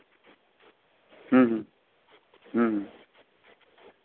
ᱦᱮᱸ ᱦᱮᱸ